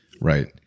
right